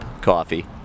coffee